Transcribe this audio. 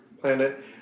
planet